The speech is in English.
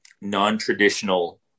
non-traditional